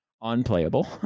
unplayable